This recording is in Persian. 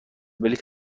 بلیط